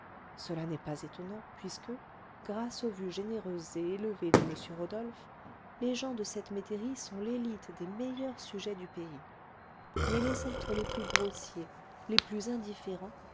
cela n'est pas étonnant puisque grâce aux vues généreuses et élevées de m rodolphe les gens de cette métairie sont l'élite des meilleurs sujets du pays mais les êtres les plus grossiers les plus indifférents